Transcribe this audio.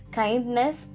kindness